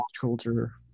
culture